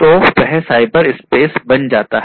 तो वह cyber space बन जाता है